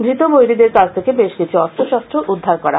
ধৃত বৈরীদের কাছ থেকে বেশকিছু অস্ত্রশস্ত্র উদ্ধার করা হয়